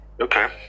Okay